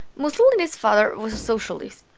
mussolini's father was socialist.